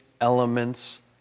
elements